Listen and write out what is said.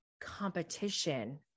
competition